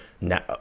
now